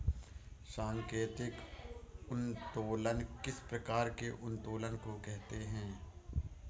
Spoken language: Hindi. सांकेतिक उत्तोलन किस प्रकार के उत्तोलन को कहते हैं?